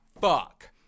fuck